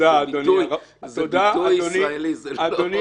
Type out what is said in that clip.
שזה ביטוי ישראלי ולא שמחר --- תודה,